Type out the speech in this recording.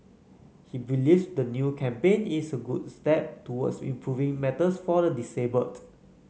he believes the new campaign is a good step towards improving matters for the disabled